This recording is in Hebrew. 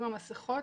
עם המסכות,